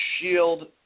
shield